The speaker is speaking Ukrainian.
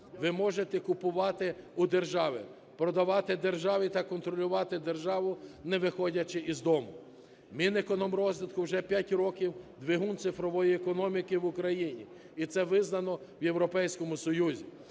Ви можете купувати у держави, продавати державі та контролювати державу, не виходячи з дому. Мінекономрозвитку вже 5 років – двигун цифрової економіки в Україні, і це визнано у Європейському Союзі.